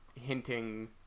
hinting